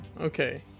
Okay